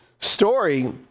story